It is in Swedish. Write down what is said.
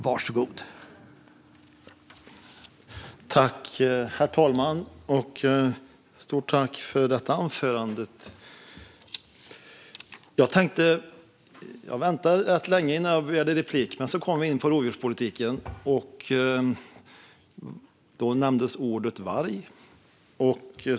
Herr talman! Stort tack, Anna-Caren Sätherberg, för detta anförande! Jag väntade rätt länge innan jag begärde replik, men så kom vi in på rovdjurspolitiken. Då nämndes ordet varg.